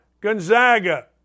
Gonzaga